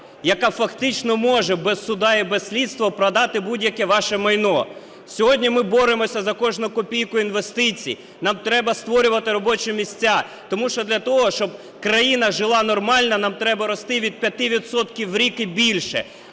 яка фактично може без суду і без слідства продати будь-яке ваше майно. Сьогодні ми боремося за кожну копійку інвестицій, нам треба створювати робочі місця, тому що для того, щоб країна жила нормально, нам треба рости від 5 відсотків в рік і більше.